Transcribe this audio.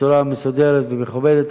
בצורה מסודרת ומכובדת.